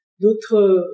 d'autres